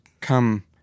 come